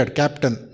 captain